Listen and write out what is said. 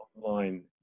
online